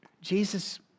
Jesus